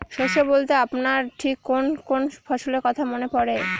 শস্য বলতে আপনার ঠিক কোন কোন ফসলের কথা মনে পড়ে?